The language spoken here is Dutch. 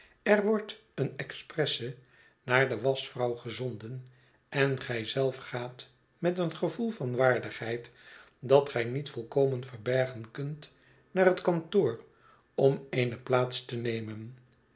er wordt een ex press enaar de waschvrouw gezonden en gij zelf gaat met een gevoel van waardigheid dat gij niet volkomen verbergen kunt naar het kantoor om eene plaats te nemen